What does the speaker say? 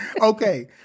Okay